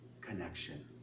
connection